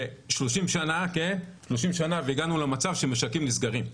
ואחרי 30 שנה הגענו למצב שמשקים נסגרים.